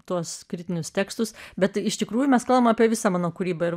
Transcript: tuos kritinius tekstus bet iš tikrųjų mes kalbam apie visą mano kūrybą ir